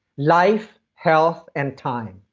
life, health, and time.